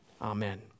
amen